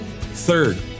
Third